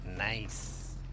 Nice